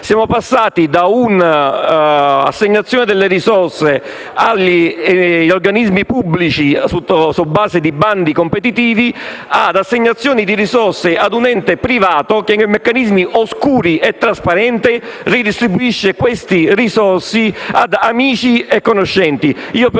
Siamo passati da una assegnazione delle risorse agli organismi pubblici sulla base di bandi competitivi all'erogazione di risorse a un ente privato che, con meccanismi oscuri, redistribuisce queste risorse ad amici e conoscenti.